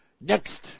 next